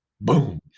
boom